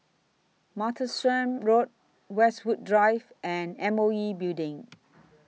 Martlesham Road Westwood Drive and M O E Building